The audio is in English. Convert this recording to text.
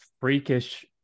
freakish